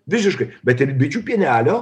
visiškai bet ir bičių pienelio